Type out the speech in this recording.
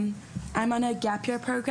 הגעתי דרך תוכנית גאפ,